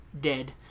Dead